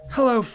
Hello